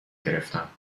گرفتم